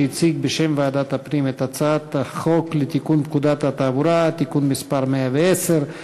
שהציג בשם ועדת הפנים את הצעת חוק לתיקון פקודת התעבורה (מס' 110),